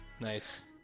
Nice